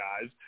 guys